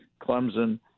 Clemson